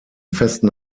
festen